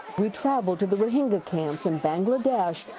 we traveled to the rohingya camps in bangladesh,